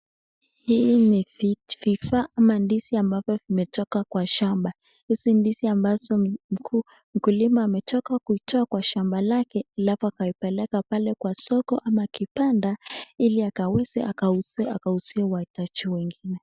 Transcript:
Hii ni viva ama ndizi ambazo zimetoka kwa shamba. Hizi ndizi ambazo mkulima ametoka kuitoa kwa shamba lake alafu akaipeleka pale kwa soko ama kibanda ili akaweze akauuzie wahitaji wengine.